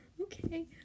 Okay